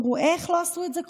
אמרו לי: איך לא עשו את זה קודם?